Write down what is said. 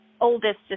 oldest